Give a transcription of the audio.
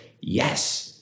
Yes